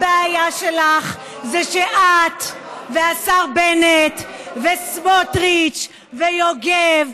הבעיה שלך זה שאת והשר בנט וסמוטריץ ויוגב,